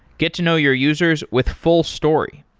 get to know your users with fullstory.